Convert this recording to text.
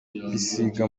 bisiga